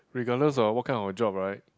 regardless of what kind of job right